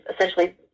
essentially